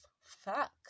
fuck